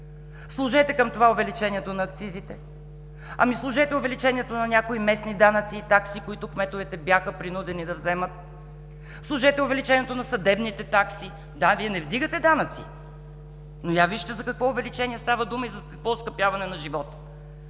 Сложете към това увеличението на акцизите, сложете увеличението на някои местни данъци и такси, които кметовете бяха принудени да вземат, сложете увеличението на съдебните такси. Да, Вие не вдигате данъци, но вижте за какво увеличение става дума и за какво оскъпяване на живота.